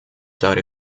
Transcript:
died